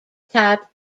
type